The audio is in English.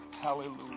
Hallelujah